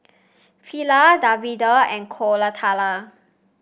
Fali Davinder and Koratala